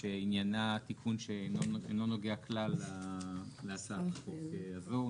שעניינה תיקון שאינו נוגע כלל להצעת החוק הזו.